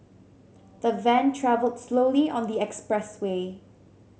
the van travelled slowly on the expressway